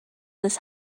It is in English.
this